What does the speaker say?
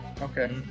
Okay